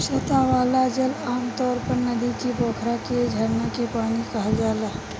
सतह वाला जल आमतौर पर नदी के, पोखरा के, झरना के पानी कहल जाला